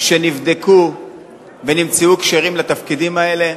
שנבדקו ונמצאו כשירים לתפקידים האלה,